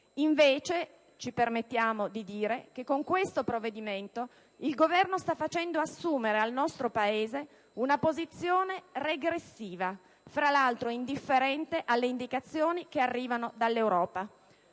Invece, ci permettiamo di dire che con questo provvedimento il Governo sta facendo assumere al nostro Paese una posizione regressiva, fra l'altro indifferente alle indicazioni che arrivano dall'Europa.